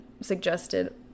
suggested